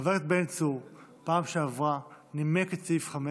חבר הכנסת בן צור בפעם שעברה נימק את סעיף 5,